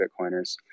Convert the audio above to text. bitcoiners